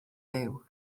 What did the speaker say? byw